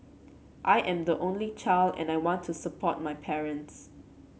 I am the only child and I want to support my parents